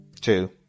Two